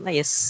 yes